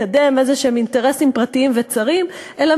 לקדם אינטרסים פרטיים וצרים כלשהם,